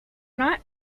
not